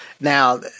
Now